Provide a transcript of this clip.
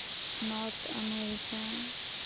north America